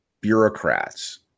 bureaucrats